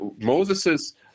Moses's